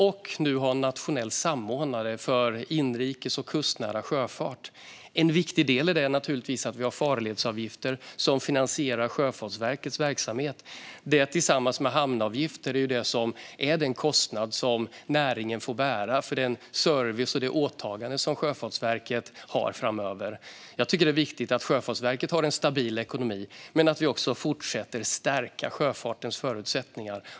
Nu har vi också en nationell samordnare för inrikes och kustnära sjöfart. En viktig del i det är att vi har farledsavgifter som finansierar Sjöfartsverkets verksamhet. Det är tillsammans med hamnavgifter den kostnad som näringen får bära för den service och det åtagande som Sjöfartsverket har framöver. Det är viktigt att Sjöfartsverket har en stabil ekonomi men också att vi fortsätter att stärka sjöfartens förutsättningar.